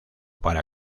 para